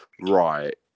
Right